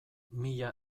mila